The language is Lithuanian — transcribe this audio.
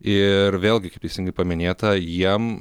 ir vėlgi kaip teisingai paminėta jiem